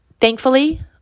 Thankfully